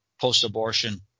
post-abortion